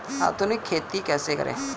आधुनिक खेती कैसे करें?